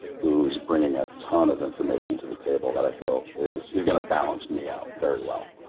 who's bringing a ton of information to the table that i feel is, he's going to balance me out very well.